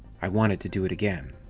i wanted to do it again.